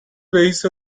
رئیس